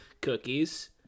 cookies